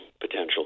potential